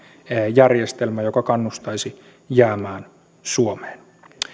järjestelmä joka kannustaisi jäämään suomeen